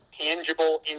tangible